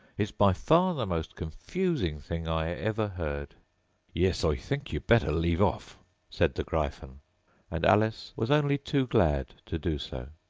it's by far the most confusing thing i ever heard yes, i think you'd better leave off said the gryphon and alice was only too glad to do so.